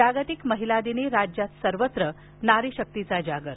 जागतिक महिला दिनी राज्यात सर्वत्र नारीशक्तीचा जागर